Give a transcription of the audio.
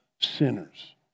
sinners